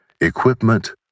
Equipment